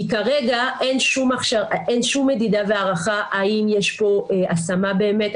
כרגע אין שום מדידה והערכה האם יש פה השמה באמת,